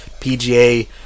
PGA